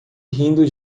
rindo